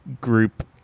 group